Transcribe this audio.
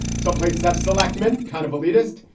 some places have selectmen kind of elitist,